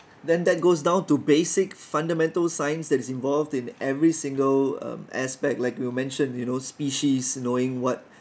then that goes down to basic fundamental science that is involved in every single um aspect like you mentioned you know species knowing what